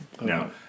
no